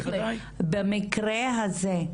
במקרה הזה,